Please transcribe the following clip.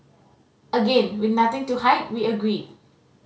again with nothing to hide we agreed